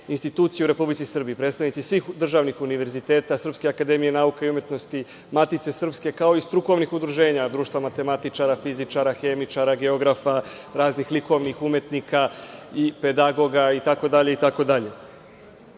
institucije u Republici Srbiji, predstavnici svih državnih univerziteta, Srpske akademije nauka i umetnosti, Matice srpske, kao i strukovnih udruženja, društva matematičara, fizičara, hemičara, geografa, raznih likovnih umetnika i pedagoga itd.